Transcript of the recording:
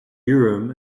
urim